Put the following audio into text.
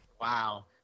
Wow